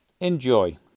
Enjoy